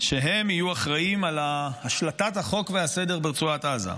שהן יהיו אחראיות על השלטת החוק והסדר ברצועת עזה.